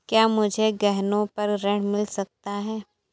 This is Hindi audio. क्या मुझे गहनों पर ऋण मिल सकता है?